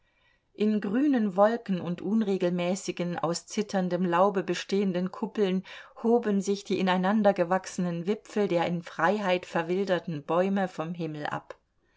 in grünen wolken und unregelmäßigen aus zitterndem laube bestehenden kuppeln hoben sich die ineinandergewachsenen wipfel der in freiheit verwilderten bäume vom himmel ab